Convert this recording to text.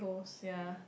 ya